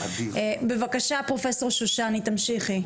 בבקשה פרופסור שושני, תמשיכי.